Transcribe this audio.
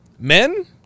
Men